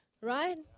right